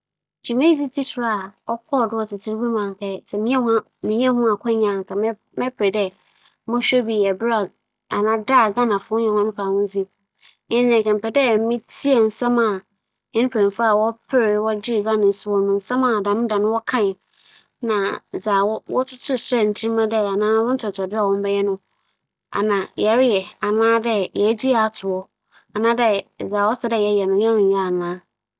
Dwuma a ͻkͻr do wͻ abakͻsɛm mu a nkyɛ ͻbɛyɛ me enyigye dɛ mobͻhwɛ bi nye da Ghana nyaa ne fahodzi wͻ Ebͻw bosoom ne da a ͻtͻ do esia wͻ afe apem aha akron eduonum esuon mu. Abakͻsɛm kyerɛ dɛ, dɛm da no nna ͻyɛ enyigye da kɛse ma Ghananyi biara siantsir nye dɛ, nna yefi ͻman bi ase ma afe yi dze hɛn ankasa yɛrobͻbͻ hɛn bra.